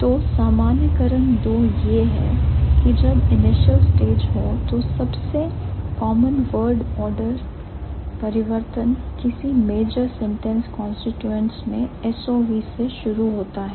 तो सामान्यीकरण दो यह है कि जब इनिशियल स्टेज हो तो सबसे कॉमन वर्ड ऑर्डर परिवर्तन किसी मेजर सेंटेंस कांस्टीट्यूएंट्स में SOV से शुरू होता है